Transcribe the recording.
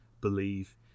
believe